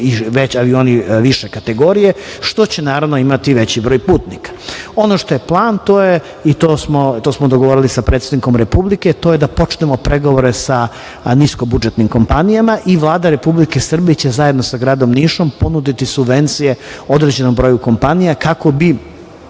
i avioni više kategorije, što će naravno imati veći broj putnika. Ono što je plan, to smo dogovorili sa predsednikom Republike, to je da počnemo pregovore sa niskobudžetnim kompanijama. Vlada Republike Srbije će zajedno sa gradom Nišom ponuditi subvencije određenom broju kompanija kako bi